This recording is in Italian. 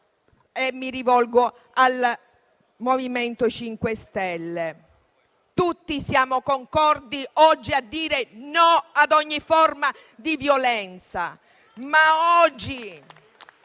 e mi rivolgo al MoVimento 5 Stelle: tutti siamo concordi oggi nel dire no ad ogni forma di violenza